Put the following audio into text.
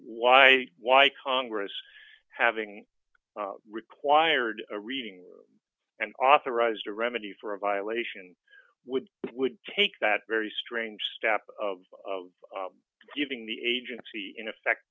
why why congress having required a reading and authorized a remedy for a violation would would take that very strange step of giving the agency in effect